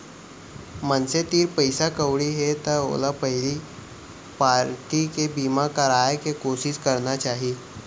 मनसे तीर पइसा कउड़ी हे त ओला पहिली पारटी के बीमा कराय के कोसिस करना चाही